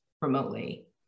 remotely